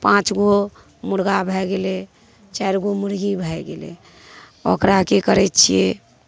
पाँच गो मुरगा भए गेलै चारि गो मुरगी भए गेलै ओकरा कि करै छिए